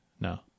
No